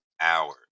hour